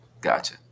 Gotcha